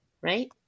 right